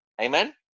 Amen